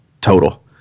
total